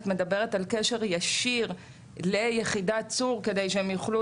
את מדברת על קשר ישיר ליחידת צור כדי שהם יוכלו